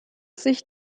sich